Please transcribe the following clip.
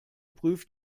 prüft